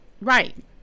Right